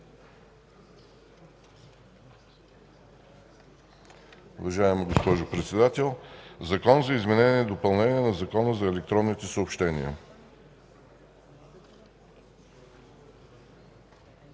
Закона за изменение и допълнение на Закона за електронните съобщения